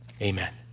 Amen